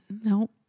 No